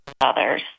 others